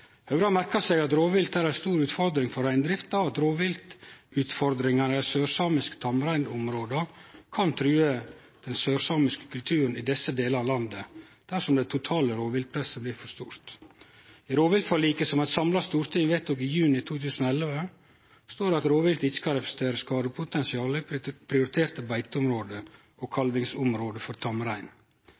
har merka seg at rovvilt er ei stor utfordring for reindrifta, og at rovviltutfordringane i dei sørsamiske tamreinområda kan true den sørsamiske kulturen i desse delane av landet dersom det totale rovviltpresset blir for stort. I rovviltforliket, som eit samla storting vedtok i juni 2011, står det at rovvilt ikkje skal representere skadepotensial i prioriterte beiteområde og kalvingsområde for tamrein.